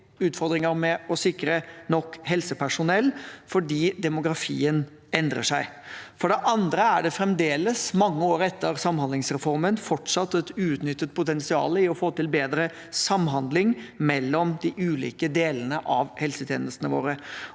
utfordringer med å sikre nok helsepersonell fordi demografien endrer seg. For det andre er det fremdeles – mange år etter samhandlingsreformen – et uutnyttet potensial i å få til bedre samhandling mellom de ulike delene av helsetjenestene våre.